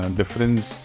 difference